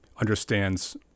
understands